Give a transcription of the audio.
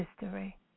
History